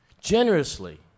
generously